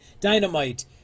Dynamite